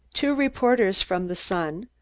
two reporters from the sun,